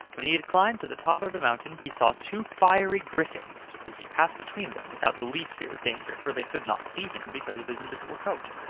when he had climbed to the top of the mountain he saw two fiery griffins, but he passed between them without the least fear of danger, for they could not see him because of his invisible coat.